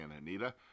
Anita